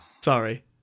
Sorry